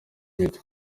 mito